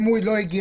אם הוא לא הגיע.